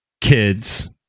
kids